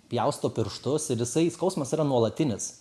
pjausto pirštus ir jisai skausmas yra nuolatinis